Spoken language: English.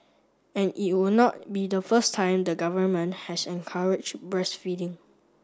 and it would not be the first time the government has encouraged breastfeeding